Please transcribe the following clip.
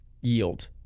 yield